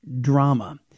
drama